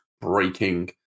breaking